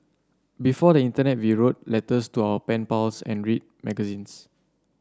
before the internet we wrote letters to our pen pals and read magazines